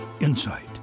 insight